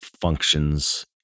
functions